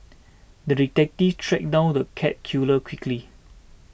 the detective tracked down the cat killer quickly